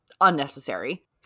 unnecessary